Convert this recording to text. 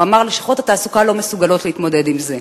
הוא אמר: לשכות התעסוקה לא מסוגלות להתמודד עם זה.